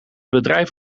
bedrijf